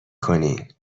کنین